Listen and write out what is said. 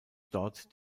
dort